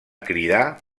cridar